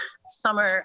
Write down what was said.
summer